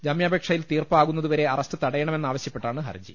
ജാമ്യാപേക്ഷയിൽ തീർപ്പാകുന്നതുവരെ അറസ്റ്റ് തട യണമെന്നാവശ്യപ്പെട്ടാണ് ഹർജി